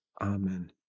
Amen